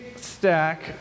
stack